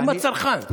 למה הצרכן?